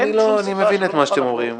אין שום סיבה --- אני מבין את מה שאתם אומרים.